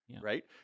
right